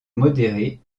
modéré